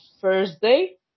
Thursday